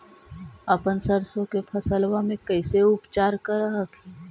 अपन सरसो के फसल्बा मे कैसे उपचार कर हखिन?